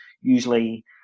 usually